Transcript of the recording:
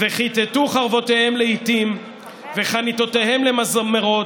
"וכתתו חרבותם לאתים וחניתותיהם למזמרות,